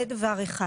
זה דבר אחד.